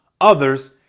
others